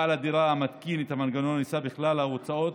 בעל הדירה המתקין את המנגנון יישא בכלל ההוצאות